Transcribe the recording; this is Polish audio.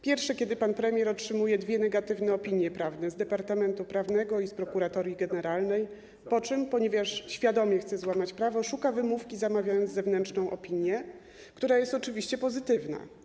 Pierwszy to ten, kiedy pan premier otrzymuje dwie negatywne opinie prawne z Departamentu Prawnego KPRM i Prokuratorii Generalnej, po czym, ponieważ świadomie chce złamać prawo, szuka wymówki, zamawiając zewnętrzną opinię, która jest oczywiście pozytywna.